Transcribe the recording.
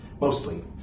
mostly